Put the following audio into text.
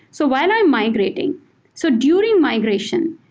so while i'm migrating so during migration,